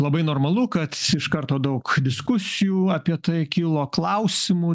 labai normalu kad iš karto daug diskusijų apie tai kilo klausimų